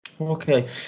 Okay